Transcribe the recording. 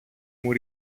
μου